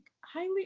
highly